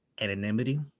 anonymity